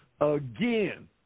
again